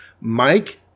Mike